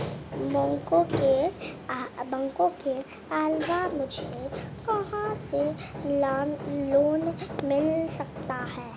बैंकों के अलावा मुझे कहां से लोंन मिल सकता है?